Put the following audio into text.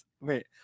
wait